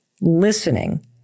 listening